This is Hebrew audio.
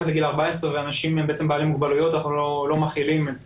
לגיל 14 ואנשים בעלי מוגבלויות אנחנו לא מחילים את זה.